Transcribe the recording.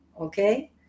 Okay